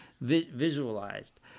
visualized